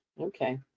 okay